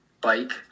bike